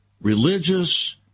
religious